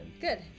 Good